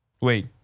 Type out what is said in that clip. Wait